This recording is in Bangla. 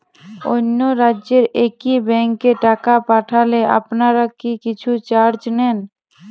অন্য রাজ্যের একি ব্যাংক এ টাকা পাঠালে আপনারা কী কিছু চার্জ নেন?